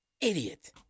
Idiot